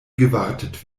gewartet